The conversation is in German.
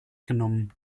genommen